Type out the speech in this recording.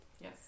Yes